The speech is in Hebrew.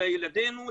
לילדינו,